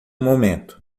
momento